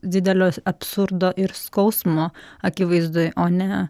didelio absurdo ir skausmo akivaizdoj o ne